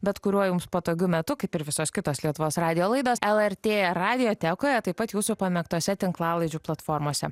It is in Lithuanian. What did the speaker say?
bet kuriuo jums patogiu metu kaip ir visos kitos lietuvos radijo laidos lrt radiotekoje taip pat jūsų pamėgtose tinklalaidžių platformose